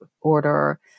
order